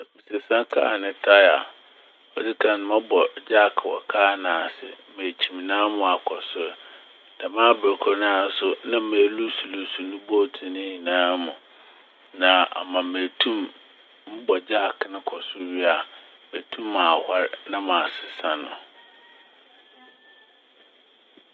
Sɛ meresesa kar ne "tyre" a, odzikan mɔbɔ "jack" wɔ kar n'ase na mekyim naa ma ɔakɔ sor. Dɛm aber kor nara aso na meluuso luuso ne "bolt" ne nyinaa mu na ama metum mobɔ "jack" no kɔ sor wie a metum mahɔr na masesa no.